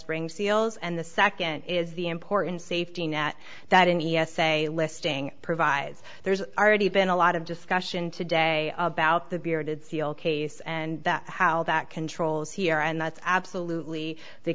bring seals and the second is the important safety net that an e s a listing provides there's already been a lot of discussion today about the bearded seal case and that how that controls here and that's absolutely the